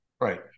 Right